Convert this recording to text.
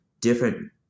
different